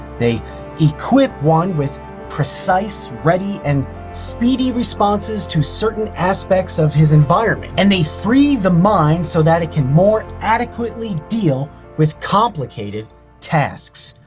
they equip one with precise, ready, and speedy responses to certain aspects of his environment and they free the mind so that it can more adequately deal with complicated tasks.